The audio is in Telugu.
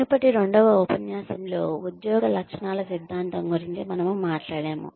మునుపటి రెండవ ఉపన్యాసంలో ఉద్యోగ లక్షణాల సిద్ధాంతం గురించి మనము మాట్లాడాము